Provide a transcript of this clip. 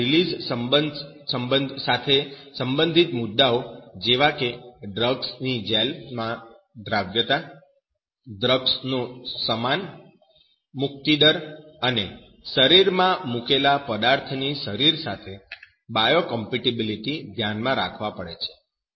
આ રિલીઝ સાથે સંબંધિત મુદ્દાઓ જેવા કે ડ્રગ ની જેલ માં દ્રાવ્યતા ડ્રગનો સમાન મુક્તદર અને શરીરમાં મૂકેલા પદાર્થોની શરીર સાથે બાયોકોમ્પેટીબિલીટી ધ્યાનમાં રાખવા પડે છે